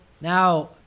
Now